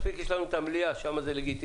מספיק יש לנו המליאה, שם זה לגיטימי.